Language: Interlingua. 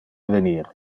venir